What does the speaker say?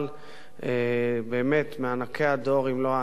באמת, מענקי הדור, אם לא הענק שבהם.